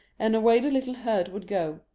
and away the little herd would go,